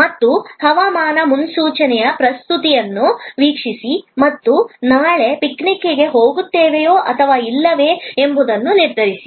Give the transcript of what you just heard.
ಮತ್ತು ಹವಾಮಾನ ಮುನ್ಸೂಚನೆಯ ಪ್ರಸ್ತುತಿಗಳನ್ನು ವೀಕ್ಷಿಸಿ ಮತ್ತು ನಾವು ನಾಳೆ ಪಿಕ್ನಿಕ್ಗೆ ಹೋಗುತ್ತೇವೆಯೇ ಅಥವಾ ಇಲ್ಲವೇ ಎಂಬುದನ್ನು ನಿರ್ಧರಿಸಿ